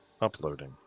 uploading